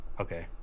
Okay